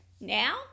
now